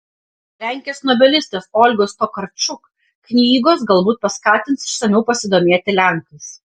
lenkės nobelistės olgos tokarčuk knygos galbūt paskatins išsamiau pasidomėti lenkais